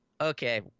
okay